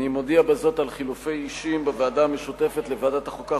אני מודיע בזאת על חילופי אישים בוועדה המשותפת לוועדת החוקה,